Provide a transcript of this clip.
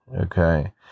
Okay